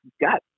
got